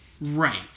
Right